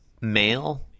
male